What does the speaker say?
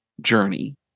journey